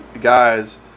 guys